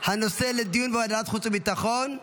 הנושא לדיון לוועדת חוץ וביטחון.